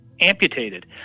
amputated